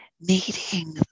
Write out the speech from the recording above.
meeting